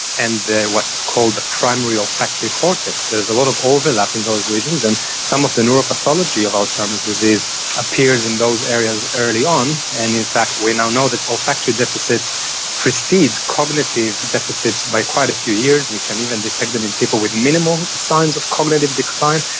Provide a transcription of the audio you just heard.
and what's called the primary olfactory cortex. there is a lot of overlap in those regions, and some of the neuropathology of alzheimer's disease appears in those areas early on, and in fact we now know that olfactory deficits precedes cognitive deficits by quite a few years. we can even detect them in people with minimal signs of cognitive decline.